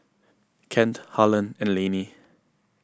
Kent Harland and Lanie